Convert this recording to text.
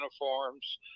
uniforms